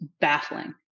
baffling